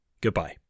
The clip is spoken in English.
goodbye